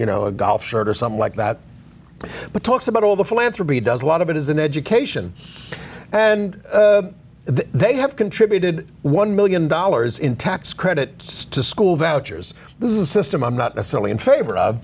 you know a golf shirt or something like that but talks about all the philanthropy does a lot of it is an education and they have contributed one million dollars in tax credits to school vouchers this is a system i'm not necessarily in favor of